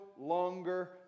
longer